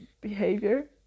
behavior